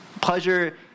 pleasure